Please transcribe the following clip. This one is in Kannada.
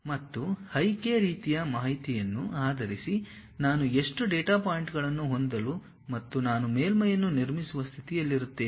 ಮತ್ತು I K ರೀತಿಯ ಮಾಹಿತಿಯನ್ನು ಆಧರಿಸಿ ನಾನು ಎಷ್ಟು ಡೇಟಾ ಪಾಯಿಂಟ್ಗಳನ್ನು ಹೊಂದಲು ಮತ್ತು ನಾನು ಮೇಲ್ಮೈಯನ್ನು ನಿರ್ಮಿಸುವ ಸ್ಥಿತಿಯಲ್ಲಿರುತ್ತೇನೆ